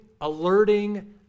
alerting